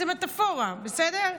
זו מטפורה, בסדר?